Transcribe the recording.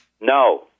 No